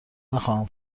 نخواهم